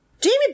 Jamie